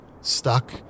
stuck